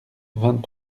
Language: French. vingt